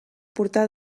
portar